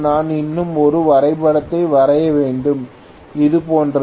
நான் இன்னும் ஒரு வரைபடத்தை வரைய வேண்டும் இது போன்றது